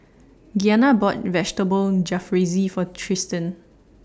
Gianna bought Vegetable Jalfrezi For Tristin